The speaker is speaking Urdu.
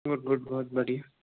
گڈ گڈ گڈ بڑھیا